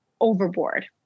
overboard